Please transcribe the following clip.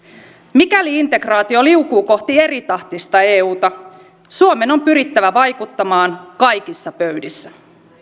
mikäli integraatio liukuu kohti eritahtista euta suomen on pyrittävä vaikuttamaan kaikissa pöydissä